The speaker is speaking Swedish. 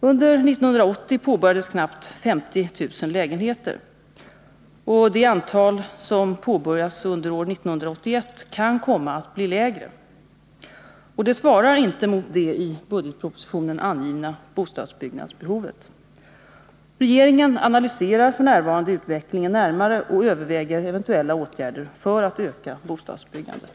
Under år 1980 påbörjades knappt 50000 lägenheter. Det antal som påbörjas under år 1981 kan komma att bli lägre. Detta svarar inte mot det i budgetpropositionen angivna bostadsbyggnadsbehovet. Regeringen analyserar f. n. utvecklingen närmare och överväger eventuella åtgärder för att öka bostadsbyggandet.